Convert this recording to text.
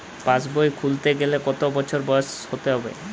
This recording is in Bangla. পাশবই খুলতে গেলে কত বছর বয়স হতে হবে?